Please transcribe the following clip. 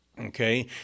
okay